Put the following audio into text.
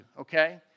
okay